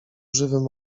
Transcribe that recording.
żywym